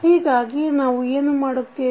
ಹೀಗಾಗಿ ನಾವು ಏನು ಮಾಡುತ್ತೇವೆ